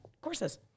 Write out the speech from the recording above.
courses